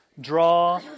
draw